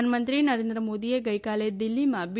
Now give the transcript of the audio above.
પ્રધાનમંત્રી નરેન્દ્ર મોદીએ ગઈકાલે દિલ્ફીમાં બી